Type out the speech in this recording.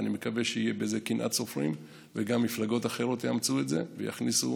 ואני מקווה שתהיה בזה קנאת סופרים וגם מפלגות אחרות יאמצו את זה ויכניסו